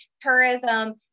tourism